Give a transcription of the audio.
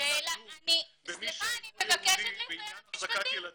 לדון במי שאינו יהודי בעניין החזקת ילדים?